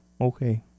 Okay